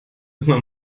immer